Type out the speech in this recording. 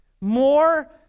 more